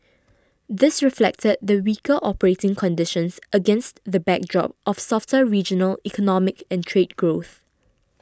this reflected the weaker operating conditions against the backdrop of softer regional economic and trade growth